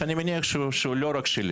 שאני מניח שהוא לא רק שלי.